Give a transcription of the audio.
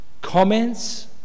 comments